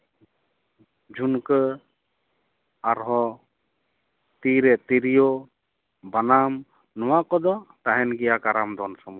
ᱡᱷᱩᱱᱠᱟᱹ ᱟᱨᱦᱚᱸ ᱛᱤᱨᱮ ᱛᱤᱨᱭᱳ ᱵᱟᱱᱟᱢ ᱱᱚᱣᱟ ᱠᱚᱫᱚ ᱛᱟᱦᱮᱱ ᱜᱮᱭᱟ ᱠᱟᱨᱟᱢ ᱫᱚᱱ ᱥᱚᱢᱚᱭ ᱫᱚ